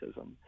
autism